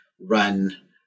run